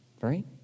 right